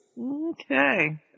Okay